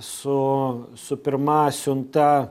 su su pirma siunta